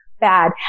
bad